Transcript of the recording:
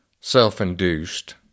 self-induced